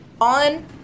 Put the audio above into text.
On